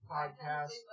Podcast